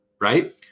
right